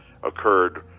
occurred